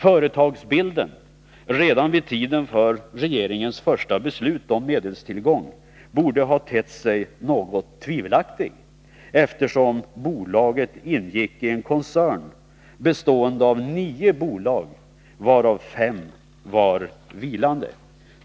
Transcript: Företagsbilden, redan vid tiden för regeringens första beslut om medelstillgång, borde ha tett sig något tvivelaktig, eftersom bolaget ingick i en koncern, bestående av nio bolag, varav fem var vilande.